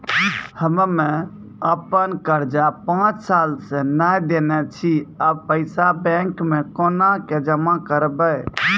हम्मे आपन कर्जा पांच साल से न देने छी अब पैसा बैंक मे कोना के जमा करबै?